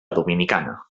dominicana